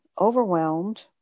overwhelmed